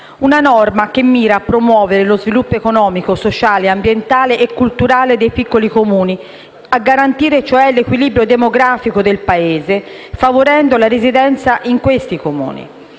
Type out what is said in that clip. La norma mira a promuovere lo sviluppo economico, sociale, ambientale e culturale dei piccoli Comuni, a garantire l'equilibrio demografico del Paese favorendo la residenza in essi. Non